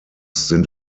sind